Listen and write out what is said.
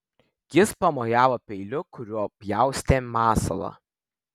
jis pamojavo peiliu kuriuo pjaustė masalą